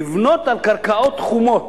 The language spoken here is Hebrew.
לבנות על קרקעות חומות.